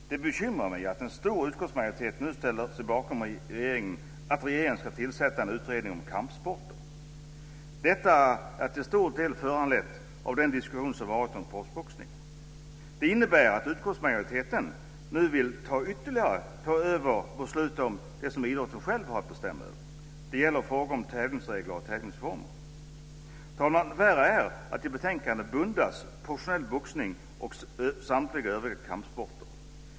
Det bekymrar mig att en stor utskottsmajoritet nu ställer sig bakom att regeringen ska tillsätta en utredning om kampsporter. Detta är till stor del föranlett av den diskussion som har varit om proffsboxning. Det innebär att utskottsmajoriteten nu vill ytterligare ta över och besluta om det som idrotten själv har att bestämma över. Det gäller frågor om tävlingsregler och tävlingsformer. Herr talman! Värre är att i betänkandet buntas professionell boxning och samtliga övriga kampsporter ihop.